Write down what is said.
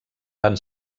van